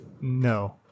No